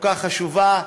הכל-כך חשובה,